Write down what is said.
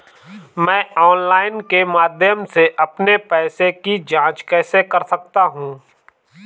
मैं ऑनलाइन के माध्यम से अपने पैसे की जाँच कैसे कर सकता हूँ?